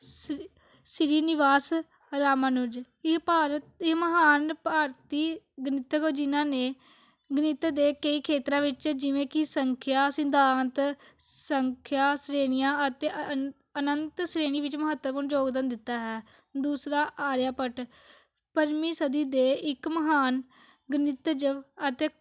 ਸੀ Srinivasa Ramanuja ਇਹ ਭਾਰਤ ਇਹ ਮਹਾਨ ਭਾਰਤੀ ਗਣਿਤਵ ਜਿਨ੍ਹਾਂ ਨੇ ਗਣਿਤ ਦੇ ਕਈ ਖੇਤਰਾਂ ਵਿੱਚ ਜਿਵੇਂ ਕੀ ਸੰਖਿਆ ਸਿਧਾਂਤ ਸੰਖਿਆ ਸ਼੍ਰੇਣੀਆਂ ਅਤੇ ਅਨ ਅਨੰਤ ਸ਼੍ਰੇਣੀ ਵਿੱਚ ਮਹੱਤਵਪੂਰਨ ਯੋਗਦਾਨ ਦਿੱਤਾ ਹੈ ਦੂਸਰਾ ਆਰਿਆ ਭੱਟ ਪੰਜਵੀਂ ਸਦੀ ਦੇ ਇੱਕ ਮਹਾਨ ਗਣਿਤ ਜਵ ਅਤੇ